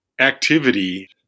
activity